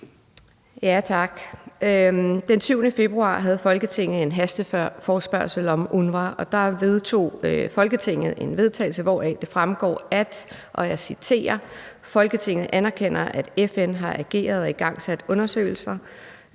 Tak. Den 7. februar havde Folketinget en hasteforespørgsel om UNRWA, og da vedtog Folketinget en vedtagelse, hvoraf det fremgår, og jeg citerer: »Folketinget anerkender, at FN har ageret og igangsat undersøgelser.